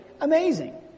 amazing